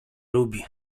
lubi